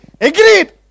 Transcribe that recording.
Agreed